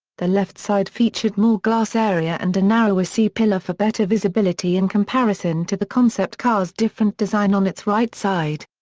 the left side featured more glass area and a narrower c pillar for better visibility in comparison to the concept car's different design on its right side.